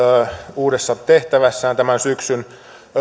uudessa tehtävässään tämän syksyn